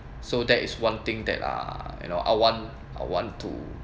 so that is one thing that are you know I want I want to